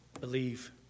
Believe